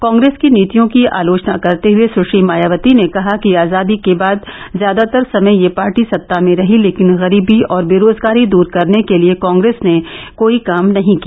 कॉग्रेस की नीतियों की आलोचना करते हुये सुश्री मायावती ने कहा कि आजादी के बाद ज्यादातर समय यह पार्टी सत्ता में रही लेकिन गरीबी और बेरोजगारी दूर करने के लिये कॉग्रेस ने कोई काम नही किया